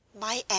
My